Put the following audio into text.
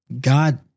God